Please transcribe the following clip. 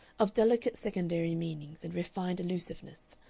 of delicate secondary meanings and refined allusiveness,